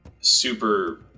super